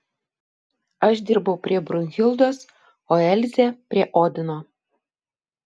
aš dirbau prie brunhildos o elzė prie odino